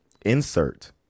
insert